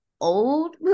old